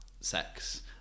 sex